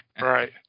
Right